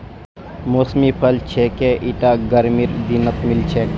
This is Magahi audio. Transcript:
मौसमी फल छिके ईटा गर्मीर दिनत मिल छेक